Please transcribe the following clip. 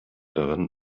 daran